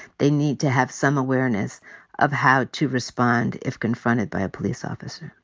they need to have some awareness of how to respond if confronted by a police officer.